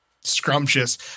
scrumptious